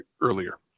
earlier